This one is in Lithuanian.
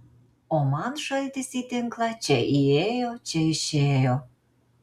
o man šaltis į tinklą čia įėjo čia išėjo